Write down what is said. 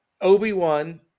Obi-Wan